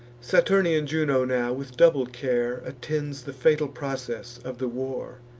saturnian juno now, with double care, attends the fatal process of the war.